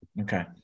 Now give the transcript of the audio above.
Okay